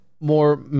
more